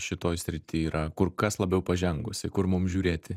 šitoj srity yra kur kas labiau pažengusi kur mums žiūrėti